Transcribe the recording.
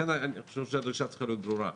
לכן אני חושב שהדרישה צריכה להיות ברורה.